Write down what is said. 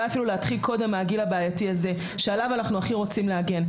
אפילו להתחיל קודם מהגיל הבעייתי הזה שעליו אנחנו הכי רוצים להגן.